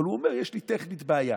אבל הוא אומר: יש לי, טכנית, בעיה.